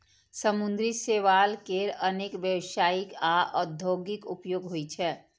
समुद्री शैवाल केर अनेक व्यावसायिक आ औद्योगिक उपयोग होइ छै